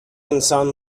انسان